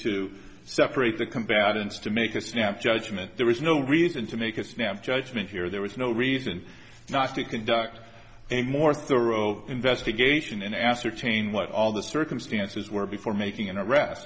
to separate the combatants to make a snap judgment there is no reason to make a snap judgment here there is no reason not to conduct a more thorough investigation and ascertain what all the circumstances were before making an